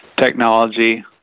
technology